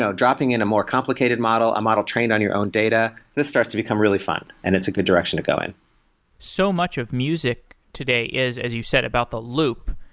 so dropping in a more complicated model, a model trained on your own data, this starts to become really fun and it's a good direction to go in so much of music today is, as you said, about the loop,